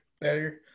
better